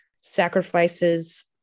sacrifices